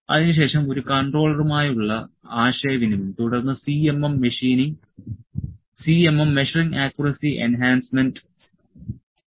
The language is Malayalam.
അതിനുശേഷം ഒരു കൺട്രോളറുമായുള്ള ആശയവിനിമയം തുടർന്ന് CMM മെഷറിങ് ആക്ക്യൂറസി എൻഹാൻസ്മെന്റ് പോലുള്ള പ്രത്യേക കൺട്രോൾ ഫീച്ചറുകളും ഉണ്ട്